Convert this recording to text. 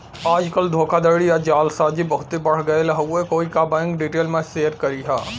आजकल धोखाधड़ी या जालसाजी बहुते बढ़ गयल हउवे कोई क बैंक डिटेल मत शेयर करिहा